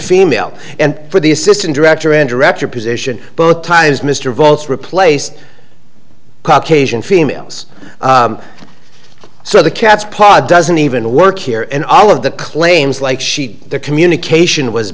female and for the assistant director and director position both times mr votes replace caucasian females so the cat's paw doesn't even work here and all of the claims like she the communication was